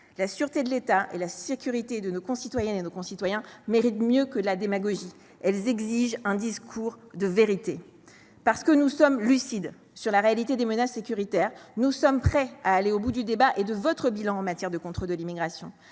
La sûreté de l’État et la sécurité de nos concitoyens méritent mieux que de la démagogie : elles exigent un discours de vérité. Parce que nous sommes lucides sur la réalité des menaces sécuritaires, nous sommes prêts à aller au bout du débat et à dresser votre bilan en matière de contrôle de l’immigration.